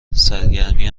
سرگرمی